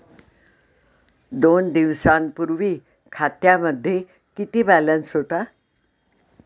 दोन दिवसांपूर्वी खात्यामध्ये किती बॅलन्स होता?